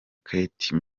kate